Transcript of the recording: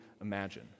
imagine